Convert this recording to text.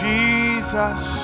Jesus